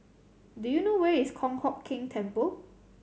do you know where is Kong Hock Keng Temple